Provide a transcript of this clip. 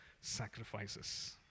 sacrifices